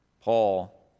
Paul